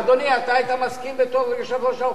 אדוני, אתה היית מסכים, בתור יושב-ראש האופוזיציה?